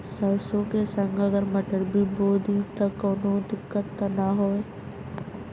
सरसो के संगे अगर मटर भी बो दी त कवनो दिक्कत त ना होय?